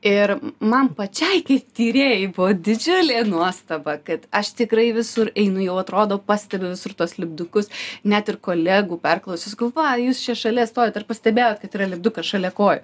ir man pačiai kaip tyrėjai buvo didžiulė nuostaba kad aš tikrai visur einu jau atrodo pastebiu visur tuos lipdukus net ir kolegų perklausiu sakau va jūs čia šalia stovit ar pastebėjot kad yra lipdukas šalia kojų